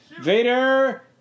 Vader